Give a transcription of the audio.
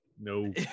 no